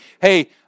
hey